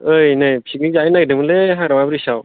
ओइ नै पिकनिक जाहैनो नागिरदोंमोनलै हाग्रामा ब्रिड्सआव